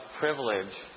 privilege